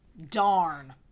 darn